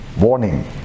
warning